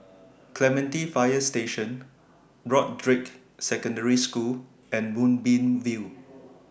Clementi Fire Station Broadrick Secondary School and Moonbeam View